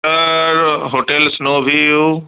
hello hotel snow view